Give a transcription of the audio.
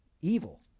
evil